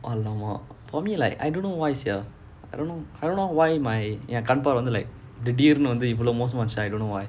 !alamak! for me like I don't know why sia I don't know I don't know why my என் கண் பார்வை வந்து திடீருனு இவ்ளோ மோசம் ஆச்சின்னு:en kann paarvai vanthu thideerunu ivlo mosamaa aachinnu I don't know why